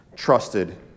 trusted